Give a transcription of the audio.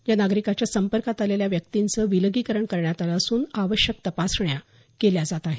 या नागरिकाच्या संपर्कात आलेल्या व्यक्तींचं विलगीकरण करण्यात आलं असून आवश्यक तपासण्या केल्या जात आहेत